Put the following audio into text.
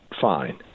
Fine